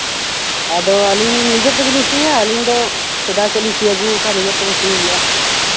ᱟᱫᱚ ᱟᱹᱞᱤᱧ ᱱᱤᱡᱮ ᱛᱮᱜᱮᱞᱤᱧ ᱥᱤᱭᱟ ᱟᱹᱞᱤᱧ ᱫᱚ ᱥᱮᱫᱟᱭ ᱠᱷᱚᱱ ᱞᱤᱧ ᱥᱤ ᱟᱹᱜᱩ ᱟᱠᱟᱫᱟ ᱱᱤᱡᱮ ᱛᱮᱜᱮ ᱥᱤ ᱦᱩᱭᱩᱜᱼᱟ